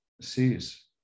sees